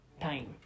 time